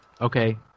Okay